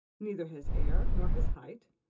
neither his air nor his height.